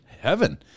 heaven